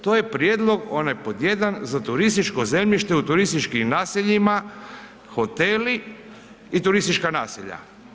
To je prijedlog onaj pod jedan za turističko zemljište u turističkim naseljima, hoteli i turistička naselja.